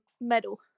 medal